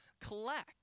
collect